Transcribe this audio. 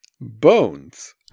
bones